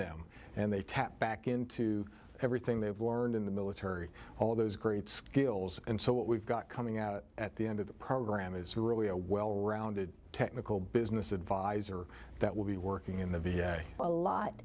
them and they tap back into everything they've learned in the military all those great skills and so what we've got coming out at the end of the program is really a well rounded technical business advisor that will be working in the v m a lot